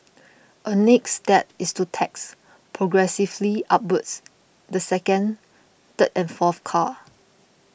a next step is to tax progressively upwards the second third and fourth car